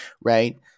right